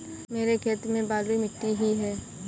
मेरे खेत में बलुई मिट्टी ही है